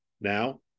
Now